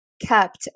kept